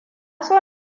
so